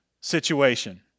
situation